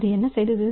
அது என்ன செய்தது